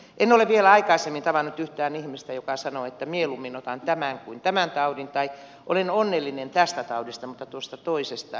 en ole vielä aikaisemmin tavannut yhtään ihmistä joka sanoo että mieluummin otan tämän kuin tämän taudin tai olen onnellinen tästä taudista mutta tuosta toisesta en